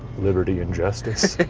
liberty and justice?